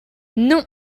non